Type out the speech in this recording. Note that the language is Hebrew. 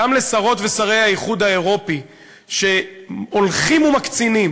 גם לשרות ושרי האיחוד האירופי, שהולכים ומקצינים